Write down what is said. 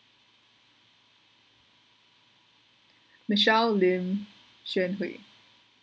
michelle lim shean hui